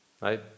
right